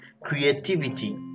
creativity